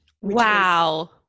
wow